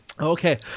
Okay